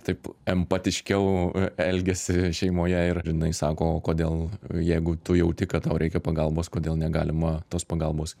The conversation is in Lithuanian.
taip empatiškiau elgiasi šeimoje ir jinai sako o kodėl jeigu tu jauti kad tau reikia pagalbos kodėl negalima tos pagalbos